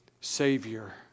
Savior